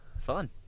fun